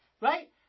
Right